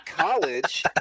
College